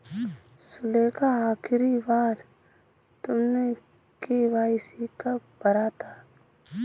सुलेखा, आखिरी बार तुमने के.वाई.सी कब भरा था?